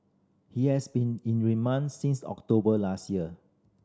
he has been in remand since October last year